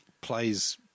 Plays